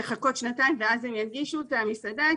שנתיים ואז הם ינגישו את המסעדה.